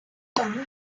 тому